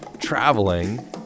traveling